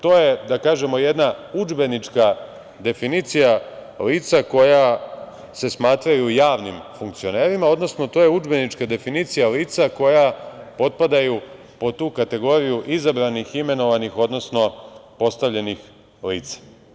To je, da kažemo, jedna udžbenička definicija lica koja se smatraju javnim funkcionerima, odnosno to je udžbenička definicija lica koja potpadaju pod tu kategoriju izabranih, imenovanih, odnosno, postavljenih lica.